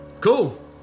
Cool